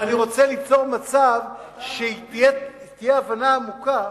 אני רוצה ליצור מצב שתהיה הבנה עמוקה,